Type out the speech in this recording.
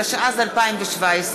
התשע"ז 2017,